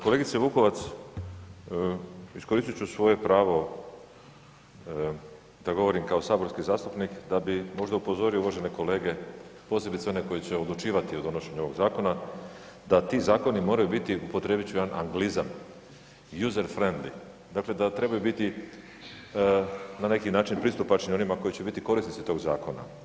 Kolegice Vukovac, iskoristit ću svoje pravo da govorim kao saborski zastupnik da bi možda upozorio uvažene kolege posebice one koji će odlučivati o donošenju ovoga zakona da ti zakoni moraju biti, upotrijebit ću jedan anlizam user friendly dakle da trebaju biti na neki način pristupačni onima koji će biti korisnici toga zakona.